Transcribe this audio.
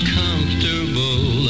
comfortable